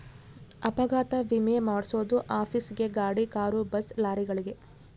ಅಪಘಾತ ವಿಮೆ ಮಾದ್ಸೊದು ಆಫೀಸ್ ಗೇ ಗಾಡಿ ಕಾರು ಬಸ್ ಲಾರಿಗಳಿಗೆ